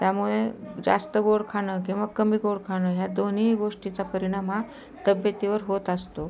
त्यामुळे जास्त गोड खाणं किंवा कमी गोड खाणं ह्या दोन्हीही गोष्टीचा परिणाम हा तब्येतीवर होत असतो